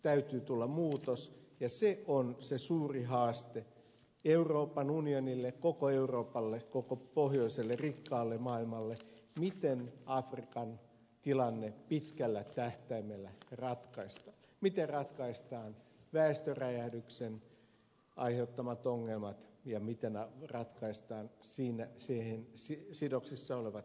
täytyy tulla muutos ja se on se suuri haaste euroopan unionille koko euroopalle koko pohjoiselle rikkaalle maailmalle miten afrikan tilanne pitkällä tähtäimellä ratkaistaan miten ratkaistaan väestöräjähdyksen aiheuttamat ongelmat ja miten ratkaistaan siihen sidoksissa olevat köyhyyden ongelmat